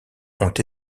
ont